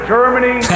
Germany